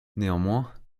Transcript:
néanmoins